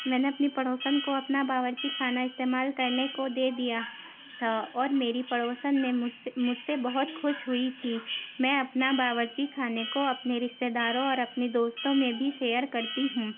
میں نے اپنی پڑوسن کو اپنا باورچی خانہ استعمال کرنے کو دے دیا تھا اور میری پڑوسن نے مجھ سے مجھ سے بہت خوش ہوئی تھی میں اپنا باورچی خانے کو اپنے رشتے داروں اور اپنے دوستوں میں بھی شیئر کرتی ہوں